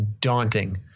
daunting